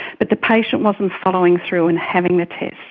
but the patient wasn't following through and having the test.